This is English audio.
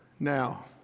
Now